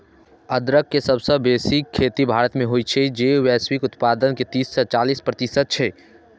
अदरक के सबसं बेसी खेती भारत मे होइ छै, जे वैश्विक उत्पादन के तीस सं चालीस प्रतिशत छै